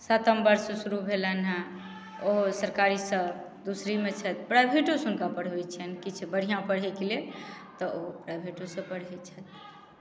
सातम वर्ष शुरू भेलनि हेँ ओ सरकारीसँ दूसरीमे छथि प्राइवेटोसँ हुनका पढ़बैत छियनि किछु बढ़िआँ पढ़ैके लेल तऽ ओ प्राइवेटोसँ पढ़ैत छथि